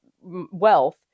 wealth